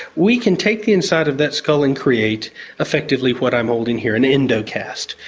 we can take the inside of that skull and create effectively what i'm holding here, an endocast.